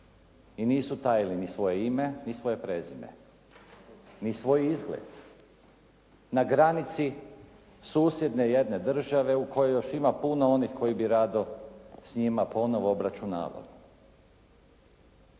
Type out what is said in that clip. i nisu tajili ni svoje ime ni svoje prezime. Ni svoj izgled. Na granici susjedne jedne države u kojoj još ima puno onih koji bi rado s njima ponovo obračunavali.